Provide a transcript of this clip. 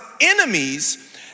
enemies